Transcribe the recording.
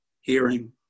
hearing